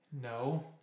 No